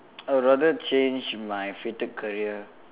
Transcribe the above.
I would rather change my fated career